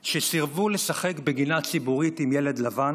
שסירבו לשחק בגינה ציבורית עם ילד לבן?